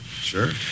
Sure